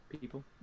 people